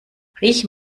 riech